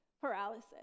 paralysis